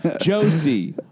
Josie